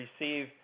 receive